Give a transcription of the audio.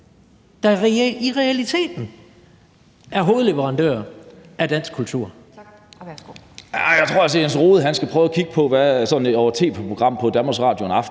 der i realiteten er hovedleverandører af dansk kultur.